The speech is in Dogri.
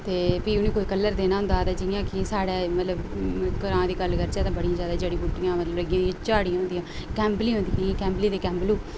ते फ्ही उनें कोई कलर देना होंदा हा जियां कि साढ़ै मतलव ग्रां दी गल्ल करचै तां बड़ी जड़ी बूटियां होदियां झाड़ियां होंदियां कैम्बली होंदियां कैम्बली ते कैम्बलु